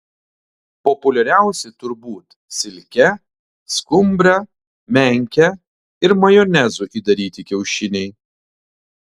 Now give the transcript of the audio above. populiariausi turbūt silke skumbre menke ir majonezu įdaryti kiaušiniai